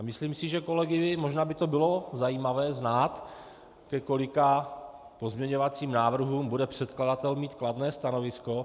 Myslím si, že možná by bylo zajímavé znát, ke kolika pozměňovacím návrhům bude předkladatel mít kladné stanovisko.